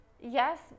Yes